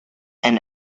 and